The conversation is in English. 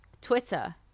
Twitter